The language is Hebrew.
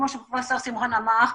כמו שפרופ' שמחון אמר,